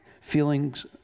feelings